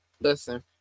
Listen